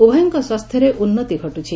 ଉଭୟଙ୍ ସ୍ୱାସ୍ସ୍ୟରେ ଉନ୍ତି ଘଟୁଛି